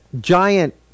giant